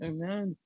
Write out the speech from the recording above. Amen